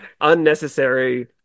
unnecessary